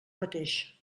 mateix